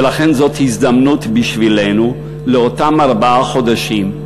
ולכן זו הזדמנות בשבילנו לאותם ארבעה חודשים,